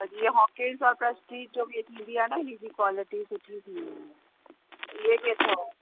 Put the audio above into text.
त जीअं हॉकंस जो आहे त छो कि थींदी आहे न हिनजी कॉलिटी सुठी थींदी आहे त इहे बि अथव